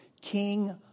King